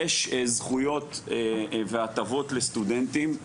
יש זכויות והטבות לסטודנטים.